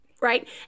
right